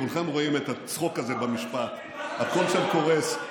כולכם רואים את הצחוק הזה במשפט, הכול שם קורס.